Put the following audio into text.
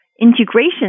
integration